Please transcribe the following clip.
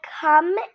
come